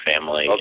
family